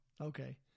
Okay